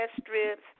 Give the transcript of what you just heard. strips